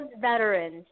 veterans